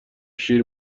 شیر